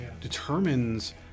determines